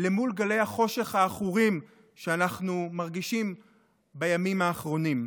מול גלי החושך העכורים שאנחנו מרגישים בימים האחרונים.